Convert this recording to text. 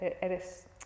eres